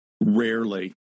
Rarely